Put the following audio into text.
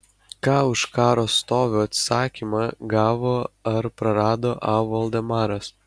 ką už karo stovio atsisakymą gavo ar prarado a voldemaras